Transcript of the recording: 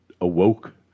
awoke